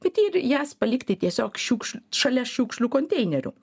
bet ir jas palikti tiesiog šiukš šalia šiukšlių konteinerių